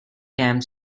camp